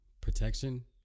protection